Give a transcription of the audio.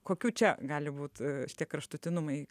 kokių čia gali būt šitie kraštutinumai